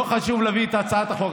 לא חשוב להביא את הצעת החוק.